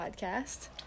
Podcast